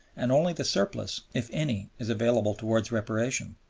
and only the surplus, if any, is available towards reparation.